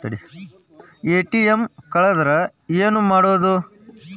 ATM ಕಳದ್ರ ಏನು ಮಾಡೋದು?